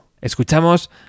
Escuchamos